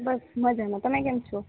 બસ મજામાં તમે કેમ છો